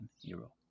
euro